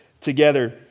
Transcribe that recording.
together